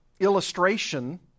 illustration